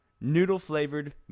noodle-flavored